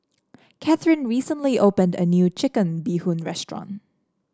Cathryn recently opened a new Chicken Bee Hoon restaurant